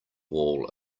wall